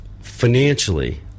financially